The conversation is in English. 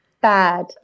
bad